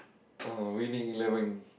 uh Winning-Eleven